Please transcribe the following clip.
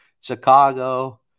Chicago